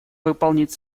выполнить